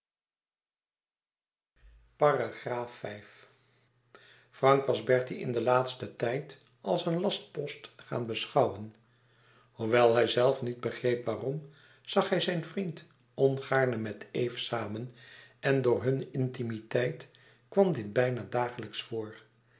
frank was bertie in den laatsten tijd als een lastpost gaan beschouwen hoewel hijzelf niet begreep waarom zag hij zijn vriend ongaarne met eve samen en door hunne intimiteit kwam dit bijna dagelijks voor